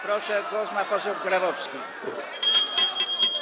Proszę, głos ma poseł Grabowski.